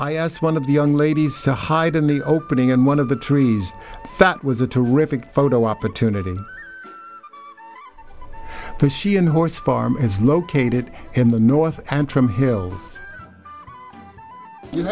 i asked one of the young ladies to hide in the opening in one of the trees that was a terrific photo opportunity to she in horse farm is located in the north and trim hills you